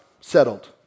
settled